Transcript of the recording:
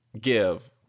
give